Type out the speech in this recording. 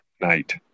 night